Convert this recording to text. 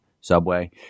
Subway